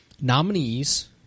nominees